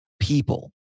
people